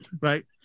right